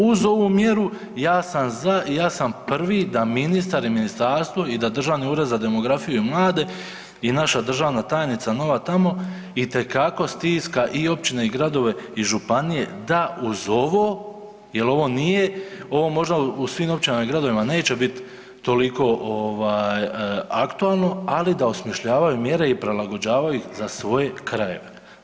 Uz ovu mjeru, ja sam za i ja sam prvi da ministar i ministarstvo i da Državni ured za demografiju i mlade i naša državna tajnica nova tamo itekako stiska i općine i gradove i županije da uz ovo, jer ovo nije, ovo možda u svim općinama i gradovima neće biti toliko aktualno, ali da osmišljavaju mjere i prilagođavaju ih za svoje krajeve.